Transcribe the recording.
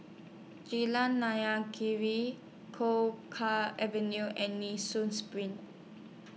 Jalan Naya Kee Choe Ka Avenue and Nee Soon SPRING